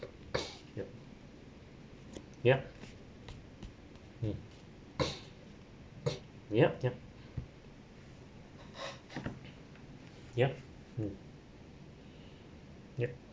yup yup mm yup yup yup mm yup